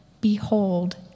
Behold